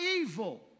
evil